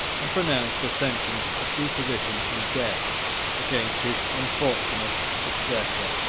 and pronounced a sentence of deposition and death against his unfortunate successor.